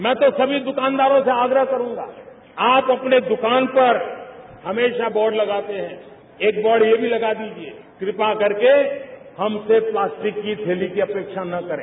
मैं तो सभी दुकानदानों से आग्रह करूंगा आप अपने दुकान पर हमेशा बोर्ड लगाते हैं एक बोर्ड यह भी लगा दीजिये कृपा करके हमसे प्लास्टिक की थैली की अपेक्षा न करें